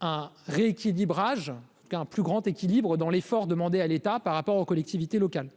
un rééquilibrage qu'un plus grand équilibre dans l'effort demandé à l'État par rapport aux collectivités locales